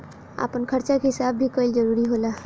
आपन खर्चा के हिसाब भी कईल जरूरी होला